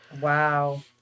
Wow